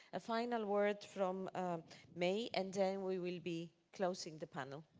a final word from may, and then we will be closing the panel.